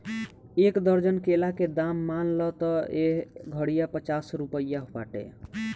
एक दर्जन केला के दाम मान ल त एह घारिया पचास रुपइआ बाटे